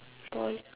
poly